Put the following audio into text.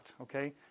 okay